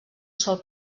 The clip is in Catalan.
sol